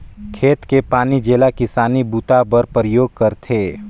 खेत के पानी जेला किसानी बूता बर परयोग करथे